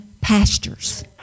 pastures